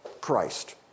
Christ